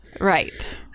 Right